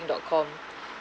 dot com